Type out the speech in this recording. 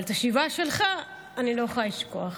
אבל את השבעה שלך אני לא יכולה לשכוח.